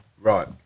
Right